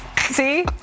See